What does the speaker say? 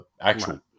actual